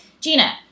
Gina